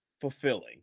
fulfilling